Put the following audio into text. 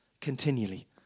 continually